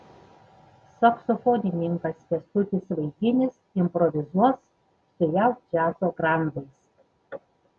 saksofonininkas kęstutis vaiginis improvizuos su jav džiazo grandais